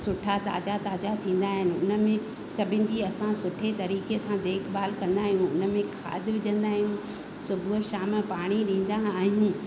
सुठा ताज़ा ताज़ा थींदा आहिनि उनमें सभिनि जी असां सुठे तरीक़े सां देखभाल कंदा आहियूं उनमें खाद विझंदा आहियूं सुबुह शाम पाणी ॾींदा आहियूं